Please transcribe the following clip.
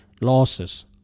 losses